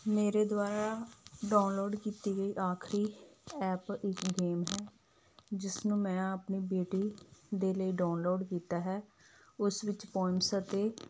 ਮੇਰੇ ਦੁਆਰਾ ਡਾਊਨਲੋਡ ਕੀਤੀ ਗਈ ਆਖਰੀ ਐਪ ਇੱਕ ਗੇਮ ਜਿਸ ਨੂੰ ਮੈਂ ਆਪਣੀ ਬੇਟੀ ਦੇ ਲਈ ਡਾਊਨਲੋਡ ਕੀਤਾ ਹੈ ਉਸ ਵਿੱਚ ਬੋਨਸ ਅਤੇ